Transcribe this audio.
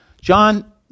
John